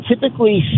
typically